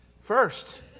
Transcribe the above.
first